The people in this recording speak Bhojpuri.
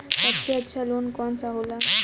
सबसे अच्छा लोन कौन सा होला?